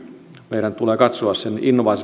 meidän tulee katsoa